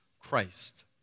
Christ